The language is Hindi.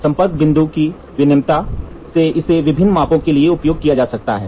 संपर्क बिंदु की विनिमेयता से इसे विभिन्न मपो के लिए उपयोग किया जा सकता है